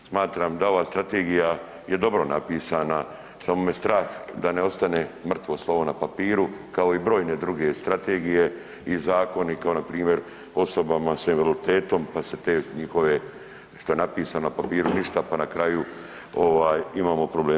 Smatram da je ova strategija dobro napisana, samo me strah da ne ostane mrtvo slovo na papiru kao i brojne druge strategije i zakoni kao na primjer osobama sa invaliditetom, pa se te njihove što je napisano na papiru ništa, pa na kraju imamo probleme.